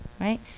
right